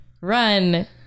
run